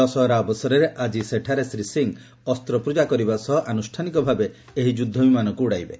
ଦଶହରା ଅବସରରେ ଆଜି ସେଠାରେ ଶ୍ରୀ ସିଂହ ଅସ୍ତ୍ରପୂଜା କରିବା ସହ ଆନୁଷ୍ଠାନିକ ଭାବେ ଏହି ଯୁଦ୍ଧ ବିମାନକୁ ଉଡ଼ାଇବେ